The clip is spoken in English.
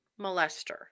molester